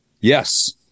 Yes